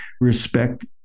respect